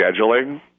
scheduling